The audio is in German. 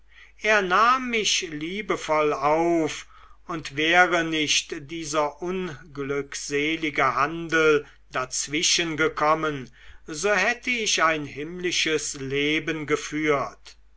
er nahm mich liebevoll auf und wäre nicht dieser unglückselige handel dazwischengekommen so hätte ich ein himmlisches leben geführt